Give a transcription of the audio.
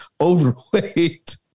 overweight